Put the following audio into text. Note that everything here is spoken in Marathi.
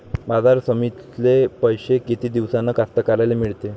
बाजार समितीतले पैशे किती दिवसानं कास्तकाराइले मिळते?